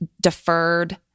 deferred